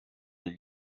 les